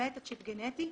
למעט הצ'יפ הגנטי,